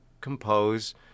compose